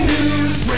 News